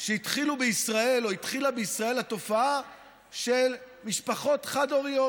כשהתחילה בישראל התופעה של משפחות חד-הוריות,